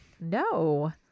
No